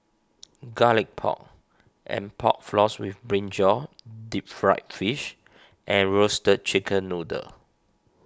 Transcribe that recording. Garlic Pork and Pork Floss with Brinjal Deep Fried Fish and Roasted Chicken Noodle